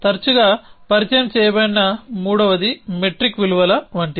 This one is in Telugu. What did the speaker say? తరచుగా పరిచయం చేయబడిన మూడవది మెట్రిక్ విలువల వంటిది